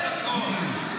אתם מנצלים את הדרכון.